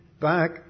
back